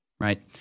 right